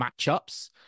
matchups